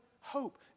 hope